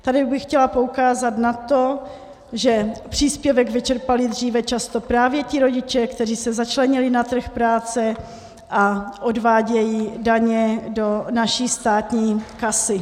Tady bych chtěla poukázat na to, že příspěvek vyčerpali dříve často právě ti rodiče, kteří se začlenili na trh práce a odvádějí daně do naší státní kasy.